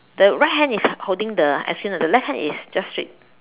the right hand is holding the ice cream the left hand is just straight